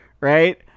right